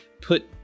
put